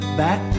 back